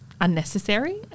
Unnecessary